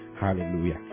Hallelujah